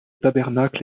tabernacle